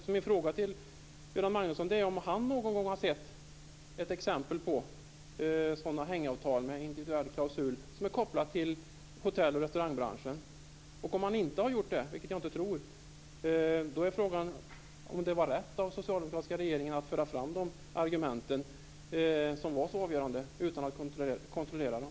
Min fråga till Göran Magnusson är om han någon gång har sett exempel på hängavtal med individuell klausul som är kopplat till hotell och restaurangbranschen. Om han inte har gjort det, vilket jag inte tror, då är frågan om det var rätt av den socialdemokratiska regeringen att föra fram dessa argument som var så avgörande utan att man kontrollerade dem.